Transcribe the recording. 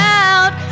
out